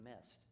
missed